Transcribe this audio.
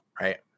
right